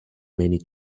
many